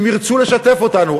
אם ירצו לשתף אותנו.